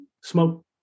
smoke